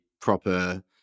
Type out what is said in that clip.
proper